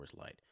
Light